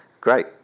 Great